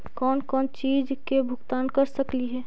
कौन कौन चिज के भुगतान कर सकली हे?